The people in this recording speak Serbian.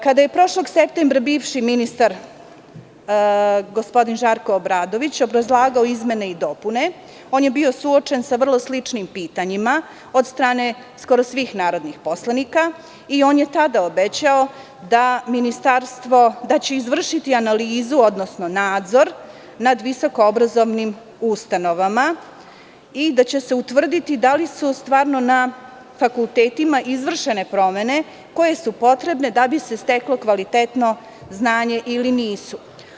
Kada je prošlog septembra, bivši ministar gospodin Žarko Obradović obrazlagao izmene i dopune on je bio suočen sa vrlo sličnim pitanjima od strane skoro svih narodnih poslanika, i on je tada obećao da će ministarstvo izvršiti analizu odnosno nadzor nad visoko obrazovnim ustanovama i da će se utvrditi da li su stvarno na fakultetima izvršene promene koje su potrebne da bi se steklo kvalitetno znanje ili nisu.